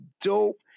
dope